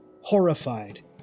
horrified